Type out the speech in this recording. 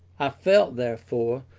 i felt, therefore,